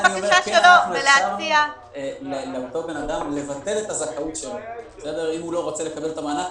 אם הוא לא רוצה לקבל את המענק,